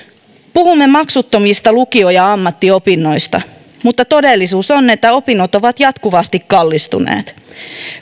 puhumme maksuttomista lukio ja ammattiopinnoista mutta todellisuus on että opinnot ovat jatkuvasti kallistuneet